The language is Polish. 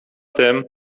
tym